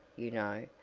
you know,